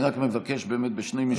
אני רק מבקש ממש בשני משפטים,